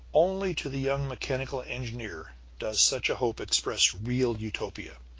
only to the young mechanical engineer does such a hope express real utopia.